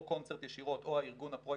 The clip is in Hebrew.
או 'קונצרט' ישירות או הארגון הפרו